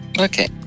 Okay